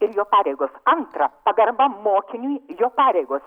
ir jo pareigos antra pagarba mokiniui jo pareigos